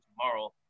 tomorrow